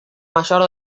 mayor